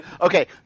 Okay